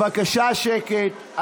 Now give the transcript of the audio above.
שר המשפטים, בבקשה שקט.